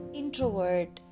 introvert